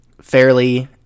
fairly